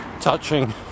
touching